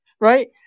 right